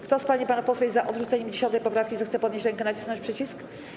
Kto z pań i panów posłów jest za odrzuceniem 10. poprawki, zechce podnieść rękę i nacisnąć przycisk.